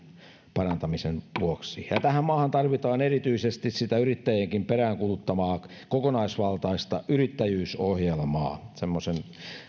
parantamisen vuoksi tähän maahan tarvitaan erityisesti sitä yrittäjienkin peräänkuuluttamaa kokonaisvaltaista yrittäjyysohjelmaa semmoisen